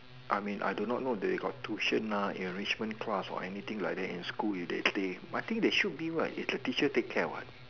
I mean I do not know if they got tuition lah enrichment class or anything like that in school if they play but I think should be right is teacher take care what